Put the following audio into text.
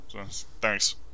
thanks